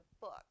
book